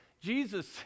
Jesus